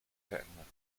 verändert